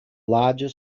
larger